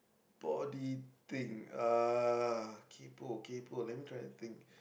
body thing uh kaypo kaypo let me try and think